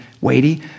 weighty